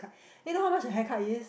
then you know how much the haircut is